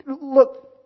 Look